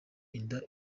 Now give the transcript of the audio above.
inda